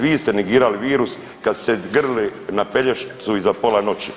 Vi ste negirali virus kad ste se grlili na Pelješcu iza pola noći.